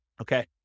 Okay